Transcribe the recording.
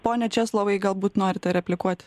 pone česlovai galbūt norite replikuot